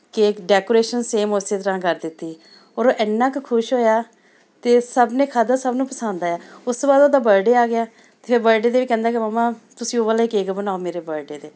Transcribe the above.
cake decoration same ਉਸ ਤਰ੍ਹਾਂ ਕਰ ਦਿੱਤੀ ਔਰ ਉਹ ਇੰਨਾ ਕੁ ਖੁਸ਼ ਹੋਇਆ ਅਤੇ ਸਭ ਨੇ ਖਾਧਾ ਸਭ ਨੂੰ ਪਸੰਦ ਆਇਆ ਉਸ ਤੋਂ ਬਾਅਦ ਉਹਦਾ ਬਰਡੇ ਆ ਗਿਆ ਅਤੇ ਬਰਡੇ 'ਤੇ ਵੀ ਕਹਿੰਦਾ ਕਿ ਮੰਮਾ ਤੁਸੀਂ ਉਹ ਵਾਲਾ ਹੀ ਕੇਕ ਬਣਾਓ ਮੇਰੇ 'ਤੇ